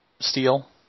Steel